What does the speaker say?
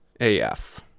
AF